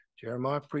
Jeremiah